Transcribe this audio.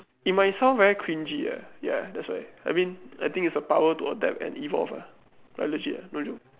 it might sound very cringy ah ya that's why I mean I think it's the power to adapt and evolve ah like legit ah no joke